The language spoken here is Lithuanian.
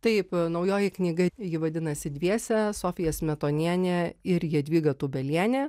taip naujoji knyga ji vadinasi dviese sofija smetonienė ir jadvyga tūbelienė